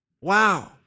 Wow